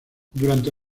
durante